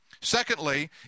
Secondly